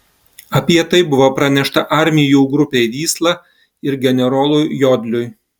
apie tai buvo pranešta armijų grupei vysla ir generolui jodliui